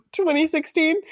2016